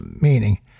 meaning